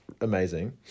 amazing